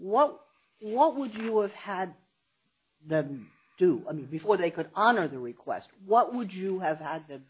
what what would you have had the do before they could honor the request what would you have had t